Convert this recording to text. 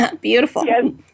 Beautiful